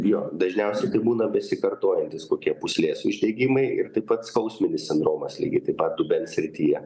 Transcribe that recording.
jo dažniausiai tai būna besikartojantys kokie pūslės uždegimai ir taip pat skausminis sindromas lygiai taip pat dubens srityje